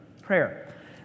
prayer